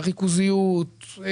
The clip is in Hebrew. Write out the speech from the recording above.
הריכוזיות,